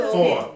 Four